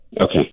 Okay